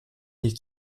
nicht